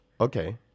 okay